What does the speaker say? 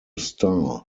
star